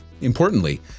Importantly